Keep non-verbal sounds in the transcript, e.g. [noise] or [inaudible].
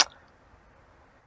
[noise]